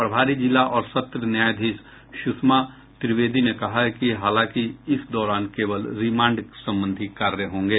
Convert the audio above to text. प्रभारी जिला और सत्र न्यायाधीश सुषमा त्रिवेदी ने कहा है कि हालांकि इस दौरान केवल रिमांड संबंधी कार्य होंगे